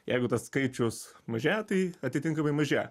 jeigu tas skaičius mažėja tai atitinkamai mažėja